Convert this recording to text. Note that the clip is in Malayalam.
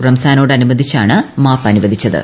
റംസാനോട് അനുബന്ധിച്ചാണ് മാപ്പ് അനുവദിച്ചത്